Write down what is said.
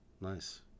nice